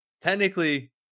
technically